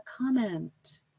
comment